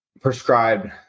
prescribed